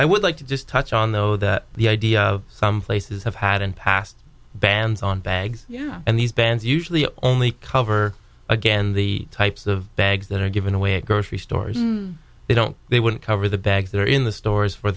i would like to just touch on though that the idea of some places have had in past bans on bags yeah and these bans usually only cover again the types of bags that are given away at grocery stores they don't they wouldn't cover the bags that are in the stores for